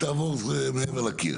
תעבור מעבר לקיר.